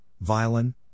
Violin